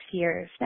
years